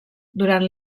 durant